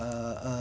a a